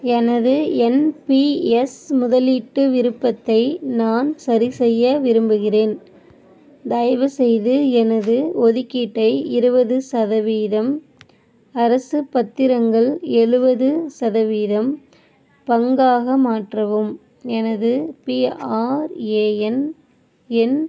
எனது என்பிஎஸ் முதலீட்டு விருப்பத்தை நான் சரிசெய்ய விரும்புகிறேன் தயவுசெய்து எனது ஒதுக்கீட்டை இருவது சதவீதம் அரசு பத்திரங்கள் எழுவது சதவீதம் பங்காக மாற்றவும் எனது பிஆர்ஏஎன் எண்